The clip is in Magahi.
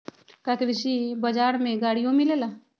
का कृषि बजार में गड़ियो मिलेला?